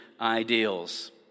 ideals